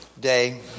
day